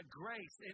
grace